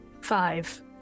five